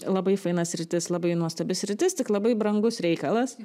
labai faina sritis labai nuostabi sritis tik labai brangus reikalas